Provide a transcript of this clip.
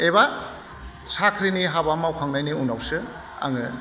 एबा साख्रिनि हाबा मावखांनायनि उनावसो आङो